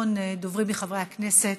אחרון הדוברים מחברי הכנסת,